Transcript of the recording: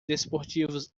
desportivos